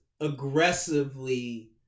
aggressively